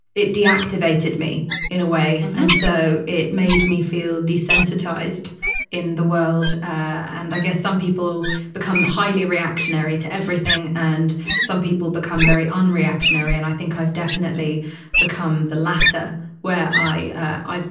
it deactivated me in a way. and so it made me feel desensitized in the world. and i guess some people become highly reactionary to everything. and some people become very un-reactionary. and i think i've definitely become the latter where i,